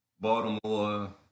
Baltimore